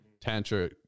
Tantra